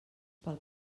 pel